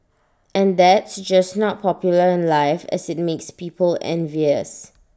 and that's just not popular in life as IT makes people envious